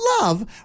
Love